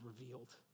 revealed